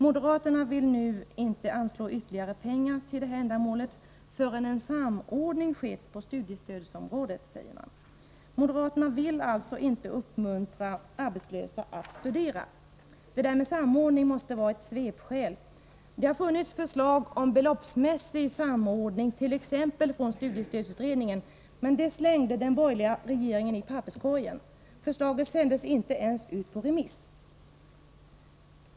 Moderaterna vill nu inte anslå ytterligare pengar till detta ändamål förrän en samordning skett på studiestödsområdet. Moderaterna vill alltså inte uppmuntra arbetslösa att studera. Det där med samordning måste vara ett svepskäl. Det har funnits förslag om beloppsmässig samordning, t.ex. från studiestödsutredningen, men det slängde den borgerliga regeringen i papperskorgen. Förslaget sändes inte ens ut på remiss.